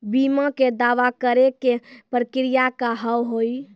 बीमा के दावा करे के प्रक्रिया का हाव हई?